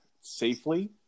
safely